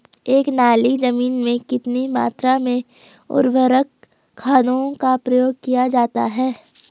एक नाली जमीन में कितनी मात्रा में उर्वरक खादों का प्रयोग किया जाता है?